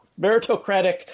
meritocratic